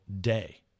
day